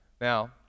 Now